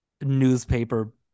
newspaper